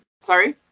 Sorry